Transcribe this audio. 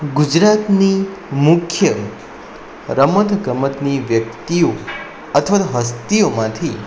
ગુજરાતની મુખ્ય રમત ગમતની વ્યક્તિઓ અથવા તો હસ્તીઓમાંથી